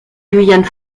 guyane